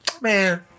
Man